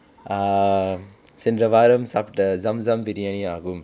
ah சென்ற வாரம் சாப்பிட்ட:senda vaaram sappitta zum zum briyani ஆகும்:aakum